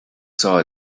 saw